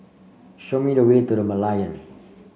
show me the way to The Merlion